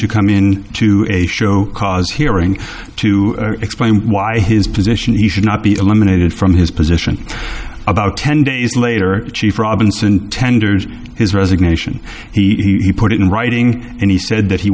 to come in to a show cause hearing to explain why his position he should not be eliminated from his position about ten days later chief robinson tenders his resignation he put it in writing and he said that he